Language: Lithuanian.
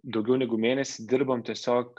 daugiau negu mėnesį dirbam tiesiog